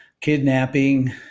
kidnapping